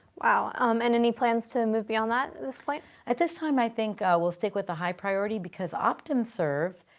wow. um and any plans to move beyond that at this point? at this time, i think we'll stick with the high priority because optumserve,